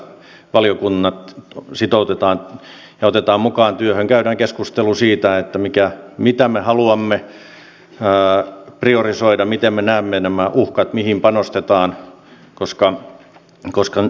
valiokunnat sitoutetaan ja otetaan mukaan työhön käydään keskustelu siitä mitä me haluamme priorisoida miten me näemme nämä uhkat mihin panostetaan koska työkenttä on aika valtava